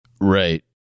Right